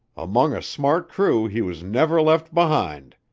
among a smart crew he was never left behind.